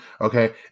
okay